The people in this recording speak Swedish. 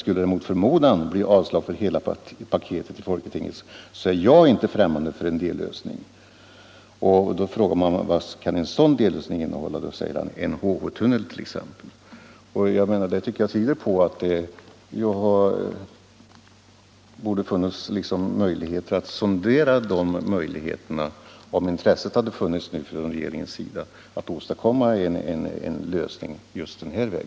Skulle det, mot förmodan, bli avslag för hela paketet i Folketinget, så är jag inte främmande för en dellösning.” På frågan vad en sådan dellösning kunde innehålla svarade den danske trafikministern: ”En HH-tunnel t.ex.” Detta tycker jag tyder på att det borde ha varit möjligt att sondera möjligheterna i detta avseende, om regeringen verkligen vore intresserad av att åstadkomma en lösning på denna väg.